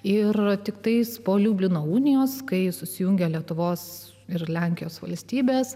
ir tiktais po liublino unijos kai susijungė lietuvos ir lenkijos valstybės